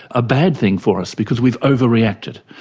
a bad thing for us because we've overreacted.